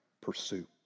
pursue